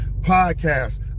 podcast